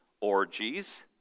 orgies